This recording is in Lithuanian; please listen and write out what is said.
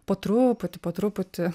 po truputį po truputį